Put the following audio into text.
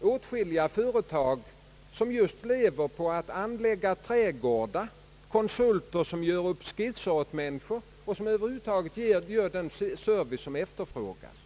åtskilliga företag med uppgiften att anlägga trädgårdar, konsulter gör upp skisser och man ger över huvud taget den service som efterfrågas.